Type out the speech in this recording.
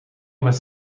was